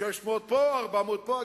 600 פה, 400 פה.